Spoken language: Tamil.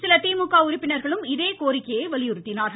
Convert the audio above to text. சில திமுக உறுப்பினர்களும் இதே கோரிக்கையை வலியுறுத்தினார்கள்